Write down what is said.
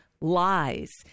lies